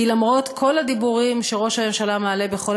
כי למרות כל הדיבורים שראש הממשלה מעלה בכל